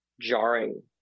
jarring